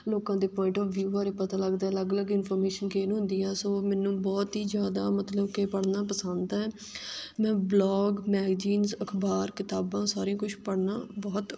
ਲੋਕਾਂ ਦੇ point of view ਬਾਰੇ ਪਤਾ ਲੱਗਦਾ ਹੈ ਅਲੱਗ ਅਲੱਗ ਇਨਫੋਰਮੇਸ਼ਨ ਗੇਨ ਹੁੰਦੀ ਆ ਸੋ ਮੈਨੂੰ ਬਹੁਤ ਹੀ ਜ਼ਿਆਦਾ ਮਤਲਬ ਕਿ ਪੜ੍ਹਨਾ ਪਸੰਦ ਹੈ ਮੈਂ ਬਲੋਗ ਮੈਗਜ਼ੀਨਸ ਅਖਬਾਰ ਕਿਤਾਬਾਂ ਸਾਰੀਆਂ ਕੁਛ ਪੜ੍ਹਨਾ ਬਹੁਤ